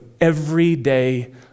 everyday